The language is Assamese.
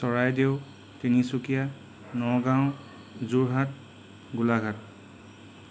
চৰাইদেউ তিনিচুকীয়া নগাঁও যোৰহাট গোলাঘাট